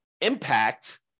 impact